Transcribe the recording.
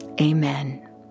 Amen